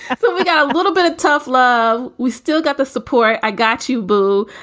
so we got a little bit of tough love we still got the support i got to boo.